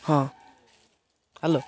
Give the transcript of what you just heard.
ହଁ ହ୍ୟାଲୋ